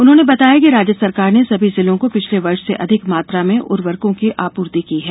उन्होंने बताया कि राज्य सरकार ने सभी जिलों को पिछले वर्ष से अधिक मात्रा में उर्वरकों की आपूर्ति की है